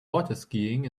waterskiing